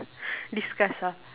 discuss ah